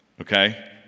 Okay